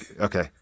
Okay